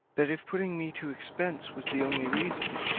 that if putting me to expense was the only reason,